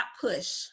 push